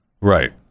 Right